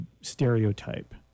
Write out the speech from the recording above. stereotype